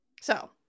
So-